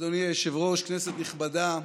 אדוני היושב-ראש, כנסת נכבדה,